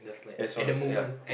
that's one of the ya